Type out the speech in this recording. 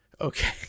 Okay